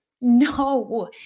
no